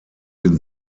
den